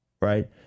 Right